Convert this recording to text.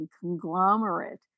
conglomerate